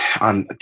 on